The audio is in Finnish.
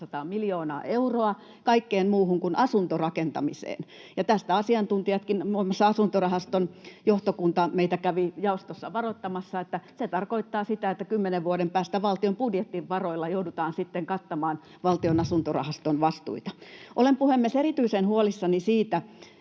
800 miljoonaa euroa kaikkeen muuhun kuin asuntorakentamiseen. Ja tästä asiantuntijatkin, muun muassa asuntorahaston johtokunta, meitä kävivät jaostossa varoittamassa, että se tarkoittaa sitä, että kymmenen vuoden päästä valtion budjettivaroilla joudutaan sitten kattamaan Valtion asuntorahaston vastuita. Olen, puhemies, erityisen huolissani siitä,